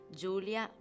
Giulia